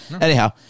Anyhow